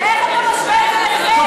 ואיך אתה משווה את זה לחטא?